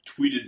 tweeted